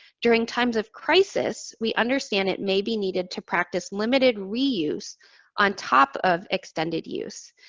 during times of crisis, we understand it may be needed to practice limited reuse on top of extended use.